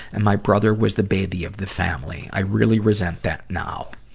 and my brother was the baby of the family. i really resent that now.